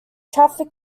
traffic